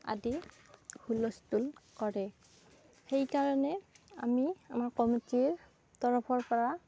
আদি হুলস্থূল কৰে সেইকাৰণে আমি আমাৰ কমিটিৰ তৰফৰ পৰা